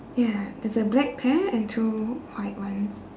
ya there's a black pair and two white ones